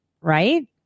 right